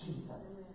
Jesus